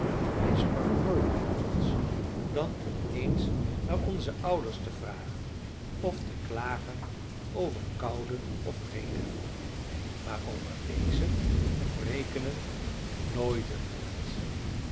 hij sprak nooit met ons dan om eens naar onze ouders te vragen of te klagen over koude of regen maar over lezen of rekenen nooit een woord